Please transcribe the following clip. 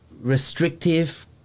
restrictive